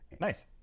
nice